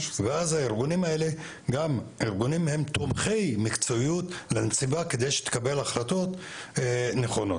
ואז הארגונים האלה הם תומכי מקצועיות לנציבה כדי שתקבל החלטות נכונות.